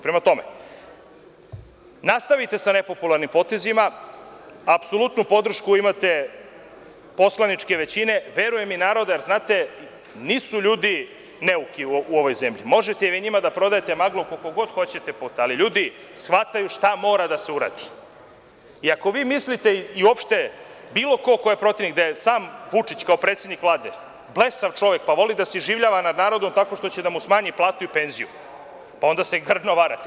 Prema tome, nastavite sa nepopularnim potezima, apsolutnu podršku imate poslaničke većine, verujem i naroda, jer znate nisu ljudi neuki u ovoj zemlji, možete vi njima da prodajete maglu koliko god hoćete, ali ljudi shvataju šta mora da se uradi i ako vi mislite i uopšte bilo ko, ko je protivnik, da je sam Vučić, kao predsednik Vlade, blesav čovek, pa voli da se iživljava nad narodom, tako što će da mu smanji platu i penziju, onda se grdno varate.